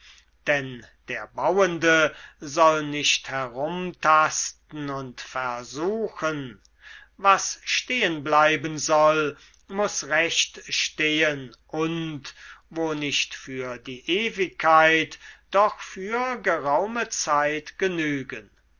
denn der bauende soll nicht herumtasten und versuchen was stehenbleiben soll muß recht stehen und wo nicht für die ewigkeit doch für geraume zeit genügen